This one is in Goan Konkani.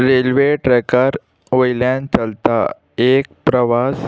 रेल्वे ट्रॅकार वयल्यान चलता एक प्रवास